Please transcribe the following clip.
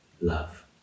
love